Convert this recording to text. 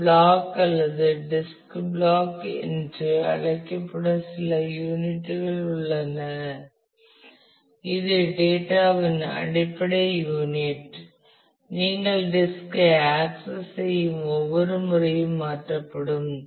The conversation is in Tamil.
ஒரு பிளாக் அல்லது டிஸ்க் பிளாக் என்று அழைக்கப்படும் சில யூனிட் உள்ளது இது டேட்டா வின் அடிப்படை யூனிட் நீங்கள் டிஸ்க் ஐ ஆக்சஸ் செய்யும் ஒவ்வொரு முறையும் மாற்றப்படும்